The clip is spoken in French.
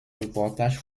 reportages